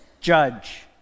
judge